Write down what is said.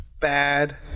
bad